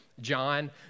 John